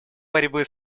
борьбы